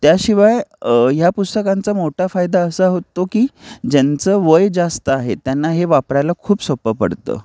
त्याशिवाय ह्या पुस्तकांचा मोठा फायदा असा होतो की ज्यांचं वय जास्त आहे त्यांना हे वापरायला खूप सोप्पं पडतं